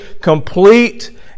complete